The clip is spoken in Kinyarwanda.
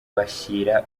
bashyira